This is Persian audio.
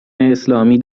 اسلامی